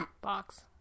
box